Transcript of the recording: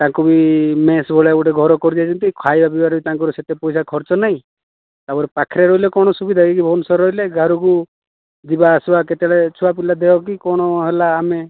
ତାଙ୍କୁ ବି ମେସ୍ ଭଳିଆ ଗୋଟେ ଘର କରିଦେଇଛନ୍ତି ଖାଇବା ପିଇବାରେ ବି ତାଙ୍କର ସେତେ ପଇସା ଖର୍ଚ୍ଚ ନାହିଁ ତାପରେ ପାଖରେ ରହିଲେ କଣ ସୁବିଧା ଇଏ ଭୁବନେଶ୍ୱର ରେ ରହିଲେ ଘରକୁ ଯିବା ଆସିବା କେତେବେଳେ ଛୁଆ ପିଲା ଦେହ କି କଣ ହେଲା ଆମେ